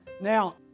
Now